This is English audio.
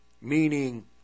meaning